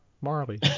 Marley